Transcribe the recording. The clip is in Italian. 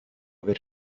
aver